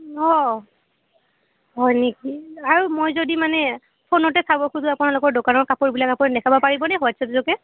হয় নেকি আৰু মই যদি মানে ফোনতে চাব খোজো আপোনালোকৰ দোকানৰ কাপোৰবিলাক আপুনি দেখাব পাৰিব নে হোৱাটছআপ যোগে